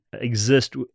exist